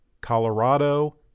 Colorado